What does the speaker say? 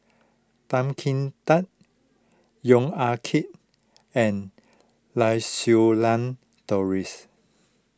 Tan Kim Tan Yong Ah Kee and Lau Siew Lang Doris